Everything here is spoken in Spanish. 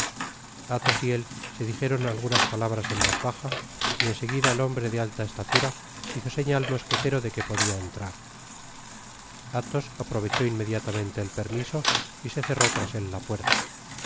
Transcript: athos y él se dijeron algunas palabras en voz baja y en seguida el hombre de alta estatura hizo seña al mosquetero de que podia entrar athos aprovechó inmediatamente el permiso y se cerró tras él la puerta el